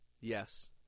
Yes